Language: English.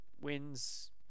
Wins